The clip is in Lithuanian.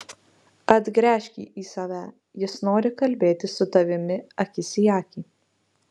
atgręžk jį į save jis nori kalbėtis su tavimi akis į akį